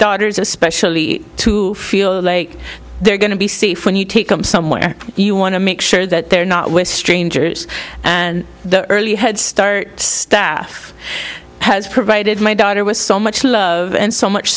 doctors especially to feel like they're going to be safe when you take them somewhere you want to make sure that they're not with strangers and the early head start staff has provided my daughter was so much love and so much